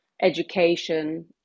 education